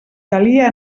calia